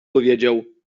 powiedział